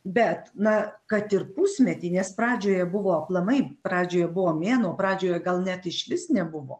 bet na kad ir pusmetį nes pradžioje buvo aplamai pradžioje buvo mėnuo pradžioje gal net išvis nebuvo